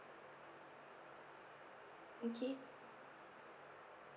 okay